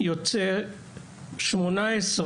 יוצא 18,